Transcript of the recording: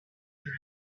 urim